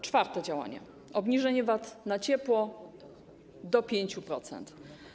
Czwarte działanie: obniżenie VAT na ciepło do 5%.